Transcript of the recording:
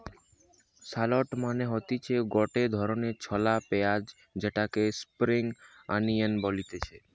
shallot মানে হতিছে গটে ধরণের ছলা পেঁয়াজ যেটাকে স্প্রিং আনিয়ান বলতিছে